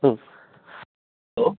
ꯎꯝ hello